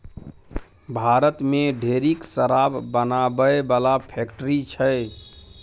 भारत मे ढेरिक शराब बनाबै बला फैक्ट्री छै